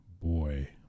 Boy